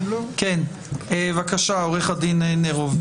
בבקשה, עו"ד נרוב.